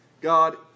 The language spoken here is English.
God